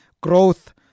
growth